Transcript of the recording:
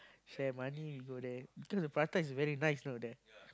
share money we go there because the prata is very nice you know there